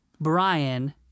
Brian